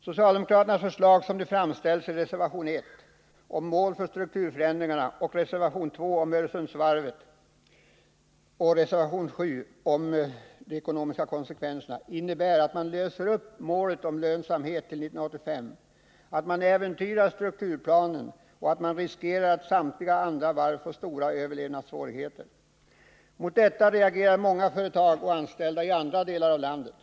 Socialdemokraternas förslag i reservation 1, om mål för strukturförändringarna, i reservation 2, om Öresundsvarvet, samt i reservation 7, om de ekonomiska konsekvenserna, innebär att man löser upp målet om lönsamhet till 1985, att man äventyrar strukturplanen och att man riskerar att samtliga andra varv får stora svårigheter att överleva. Mot detta reagerar många företag och anställda i andra delar av landet.